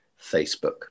Facebook